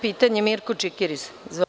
Pitanje ima Mirko Čikiriz.